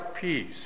peace